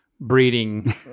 breeding